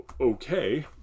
Okay